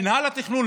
מינהל התכנון,